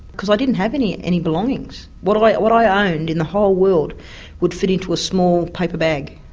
cause i didn't have any any belongings. what i what i owned in the whole world would fit into a small paper bag.